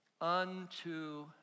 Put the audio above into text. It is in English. unto